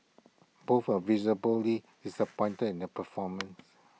both were visibly disappointed in their performance